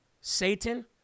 Satan